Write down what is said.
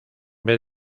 vez